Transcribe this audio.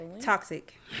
toxic